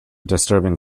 disturbing